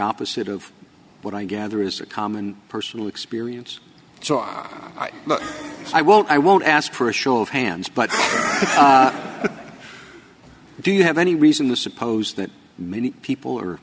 opposite of what i gather is a common personal experience so are i won't i won't ask for a show of hands but do you have any reason to suppose that many people are